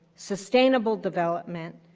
sustainable development,